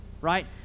Right